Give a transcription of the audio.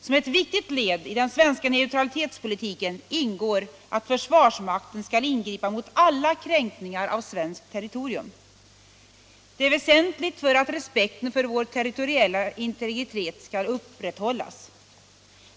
Som ett viktigt led i den svenska neutralitetspolitiken ingår att försvarsmakten skall ingripa mot alla kränkningar av svenskt territorium. Det är väsentligt för att respekten för vår territoriella integritet skall upprätthållas.